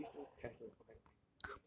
your english still trash though compared to mine